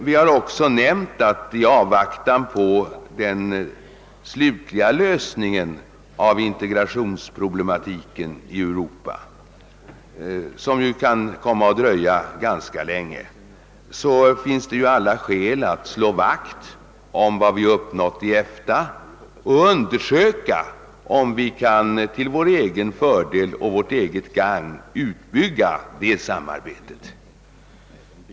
Jag har också nämnt, att i avvaktan på den slutliga lösningen av integrationsproblematiken i Europa, som ju kan komma att dröja ganska länge, finns det alla skäl att slå vakt om vad vi uppnått i EFTA och undersöka om vi till vårt eget gagn kan utbygga samarbetet inom frihandelsförbundet.